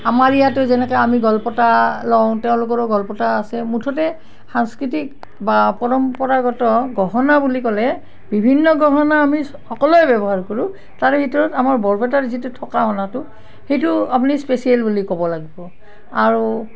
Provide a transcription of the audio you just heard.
আমাৰ ইয়াতো যেনেকৈ আমি গলপতা লওঁ তেওঁলোকৰো গলপতা আছে মুঠতে সাংস্কৃতিক বা পৰম্পৰাগত গহনা বুলি ক'লে বিভিন্ন গহনা আমি সকলোৱে ব্যৱহাৰ কৰোঁ তাৰে ভিতৰত আমাৰ বৰপেটাত যিটো থোকা সোণাটো সেইটো আপুনি স্পেচিয়েল বুলি ক'ব লাগবো আৰু